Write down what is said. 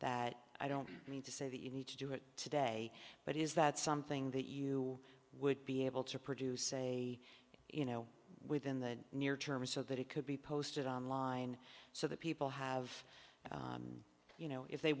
that i don't mean to say that you need to do it today but is that something that you would be able to produce a you know within the near term so that it could be posted online so that people have you know if they